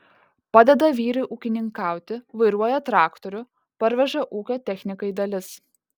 padeda vyrui ūkininkauti vairuoja traktorių parveža ūkio technikai dalis